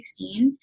2016